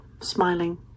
smiling